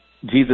Jesus